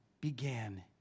began